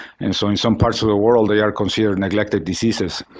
and so in some parts of the world, they are considered neglected diseases.